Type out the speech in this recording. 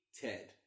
Ted